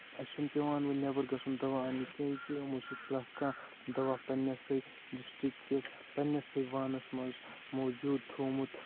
اَسہِ چھُنہٕ پیٚوان وۅنۍ نیٚبر گژھُن دواہ اَننہِ کیٚنٛہہ زِ یِمو سۭتۍ پرٛتھ کانٛہہ دواہ پَننٕسےَ ڈِسٹرکِس پَننٕسے وانَس منٛز موٗجوٗد تھوٚومُت